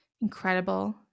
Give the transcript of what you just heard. Incredible